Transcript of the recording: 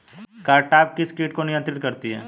Cartap किस किट को नियंत्रित करती है?